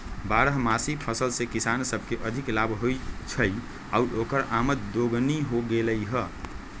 बारहमासी फसल से किसान सब के अधिक लाभ होई छई आउर ओकर आमद दोगुनी हो गेलई ह